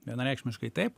vienareikšmiškai taip